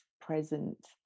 present